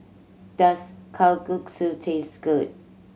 does Kalguksu taste good